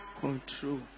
control